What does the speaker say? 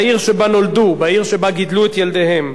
בעיר שבה נולדו, בעיר שבה גידלו את ילדיהם.